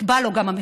נקבע לו המחיר.